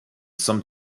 some